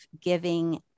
giving